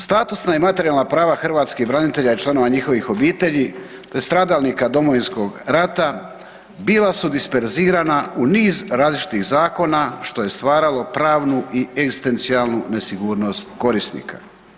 Statusna i materijalna prava hrvatskih branitelja i članova njihovih obitelji, te stradalnika Domovinskog rata bila su disperzirana u niz različitih zakona, što je stvaralo pravnu i egzistencijalnu nesigurnost korisnika.